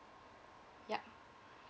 ya